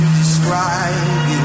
describe